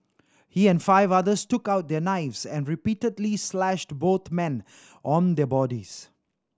he and five others took out their knives and repeatedly slashed both men on their bodies